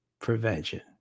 prevention